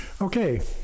Okay